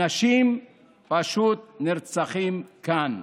אנשים פשוט נרצחים כאן.